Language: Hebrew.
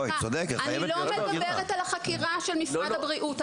אני לא מדברת על החקירה של משרד הבריאות.